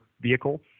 vehicle